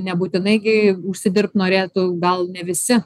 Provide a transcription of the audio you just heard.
nebūtinai gi užsidirbt norėtų gal ne visi